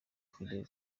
fidel